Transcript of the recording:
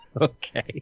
okay